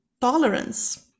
tolerance